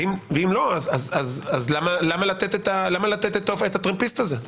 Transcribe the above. ואם לא אז למה לתת את הטרמפיסט הזה.